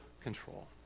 control